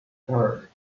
her